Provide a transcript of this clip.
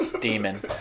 Demon